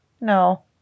No